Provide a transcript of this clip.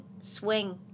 swing